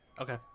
Okay